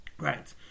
right